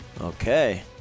Okay